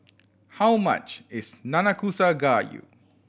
how much is Nanakusa Gayu